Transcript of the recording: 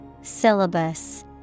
Syllabus